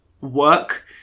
work